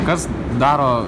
kas daro